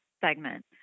segment